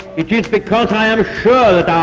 it is because i am sure that our